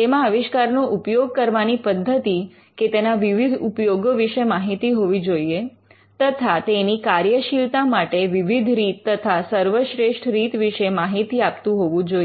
તેમાં આવિષ્કારનો ઉપયોગ કરવાની પદ્ધતિ કે તેના વિવિધ ઉપયોગો વિશે માહિતી હોવી જોઈએ તથા તે તેની કાર્યશીલતા માટે વિવિધ રીત તથા સર્વશ્રેષ્ઠ રીત વિશે માહિતી આપતું હોવું જોઈએ